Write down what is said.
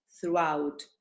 throughout